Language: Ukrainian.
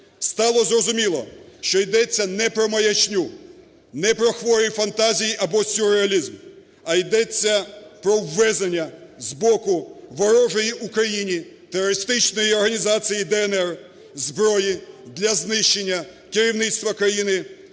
стало зрозуміло, що йдеться не про маячню, не про хворі фантазії або сюрреалізм, а йдеться про ввезення з боку ворожої Україні терористичної організації "ДНР" зброї для знищення керівництва країни,